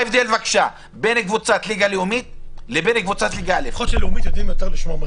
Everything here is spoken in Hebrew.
ההגבלות האלה לא חלות, וחשוב להבהיר את זה לציבור.